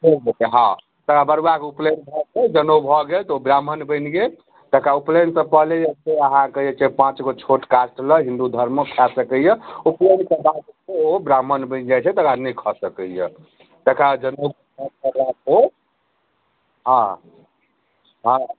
हॅं तकरा बड़ुआ के उपनयन भऽ कऽ जनउ भऽ गेल तऽ ओ ब्राह्मण बनि गेल तकरा उपनयन सँ पहले से अहाँके जे छै पाँचगो छोट कास्ट लग हिन्दू धर्म मे खा सकैया उपनयन के बाद ओहो ब्राह्मण बनि जाइ छै तकरा बाद नहि खा सकैया तकरा बाद जनउ हॅं हॅं